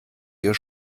ihr